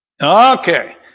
Okay